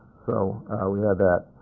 so we have that.